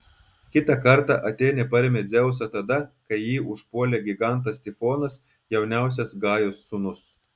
kitą kartą atėnė parėmė dzeusą tada kai jį užpuolė gigantas tifonas jauniausias gajos sūnus